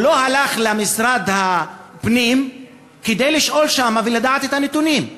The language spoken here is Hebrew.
הוא לא הלך למשרד הפנים כדי לשאול שם ולדעת את הנתונים.